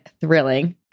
thrilling